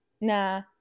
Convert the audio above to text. nah